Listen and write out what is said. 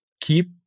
keep